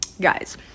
Guys